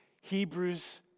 Hebrews